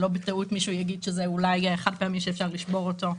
שלא בטעות מישהו יגיד שזה אולי חד-פעמי שאפשר לשבור אותו.